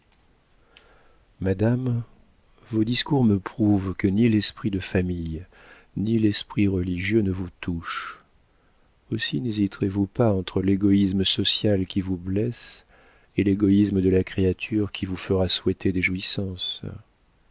madame vos discours me prouvent que ni l'esprit de famille ni l'esprit religieux ne vous touchent aussi nhésiterez vous pas entre l'égoïsme social qui vous blesse et l'égoïsme de la créature qui vous fera souhaiter des jouissances